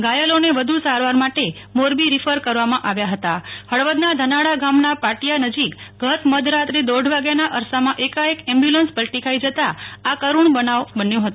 ધાયલોને વધુ સારવાર માટે મોરબી રીફર કરવામાં આવ્યા હતાહળવદના ધાનાળા ગામના પાટિયા નજીક ગત મધરાત્રે દોઢ વાગ્યાના અરસામાં એકાએક એમ્બ્લ્યુન્સ પલ્ટી ખાઈ જતાં આ કરૂ બનાવ બન્યો હતો